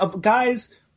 guys